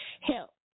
help